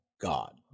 God